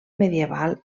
medieval